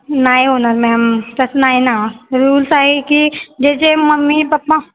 नाही होणार मॅम तसं नाही ना रुल्स आहे की ज्याचे मम्मी पप्पा